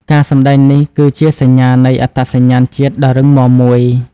ការសម្តែងនេះគឺជាសញ្ញានៃអត្តសញ្ញាណជាតិដ៏រឹងមាំមួយ។